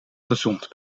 gezond